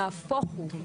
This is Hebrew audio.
נהפוך הוא,